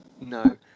No